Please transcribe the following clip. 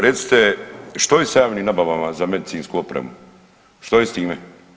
Recite što je s javnim nabavama za medicinsku opremu, što je s time?